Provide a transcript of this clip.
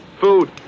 Food